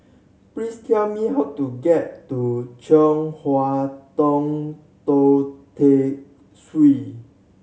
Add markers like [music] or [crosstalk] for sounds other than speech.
please tell me how to get to Chong Hua Tong Tou Teck [unintelligible]